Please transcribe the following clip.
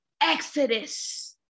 exodus